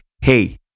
hey